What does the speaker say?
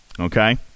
Okay